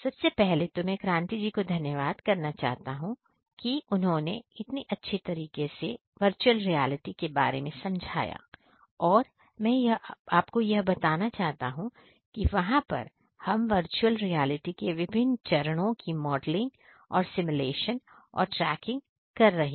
सबसे पहले तो मैं क्रांति जी को धन्यवाद करना चाहता हूं कि उन्होंने इतनी अच्छी तरीके से वर्चुअल रियलिटी के बारे में समझाया और मैं आपको यह बताना चाहता हूं कि वहाँ पर हम वर्चुअल रियलिटी के लिए विभिन्न चरणों कि मॉडलिंग और सिमुलेशन और ट्रैकिंग कर रहे हैं